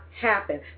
happen